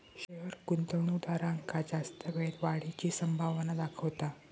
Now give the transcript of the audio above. share गुंतवणूकदारांका जास्त वेळेत वाढीची संभावना दाखवता